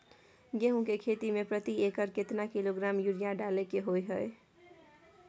गेहूं के खेती में प्रति एकर केतना किलोग्राम यूरिया डालय के होय हय?